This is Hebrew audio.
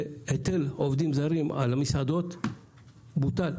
שהיטל העובדים הזרים לענף המסעדות בוטל.